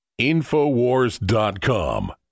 InfoWars.com